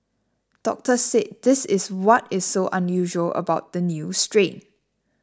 doctors said this is what is so unusual about the new strain